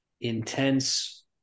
intense